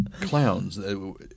clowns